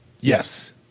Yes